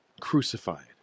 crucified